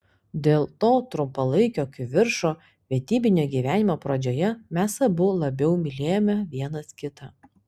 dėl to trumpalaikio kivirčo vedybinio gyvenimo pradžioje mes abu labiau mylėjome vienas kitą